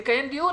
אבל נקיים דיון,